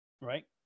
right